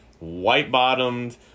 white-bottomed